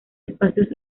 espacios